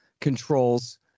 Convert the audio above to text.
controls